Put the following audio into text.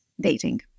dating